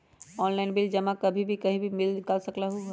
Online bill जमा कहीं भी कभी भी बिल निकाल सकलहु ह?